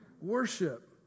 Worship